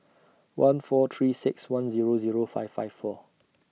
one four three six one Zero Zero five five four